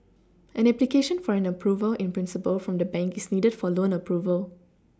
an application for an Approval in Principle from the bank is needed for loan Approval